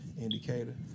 indicator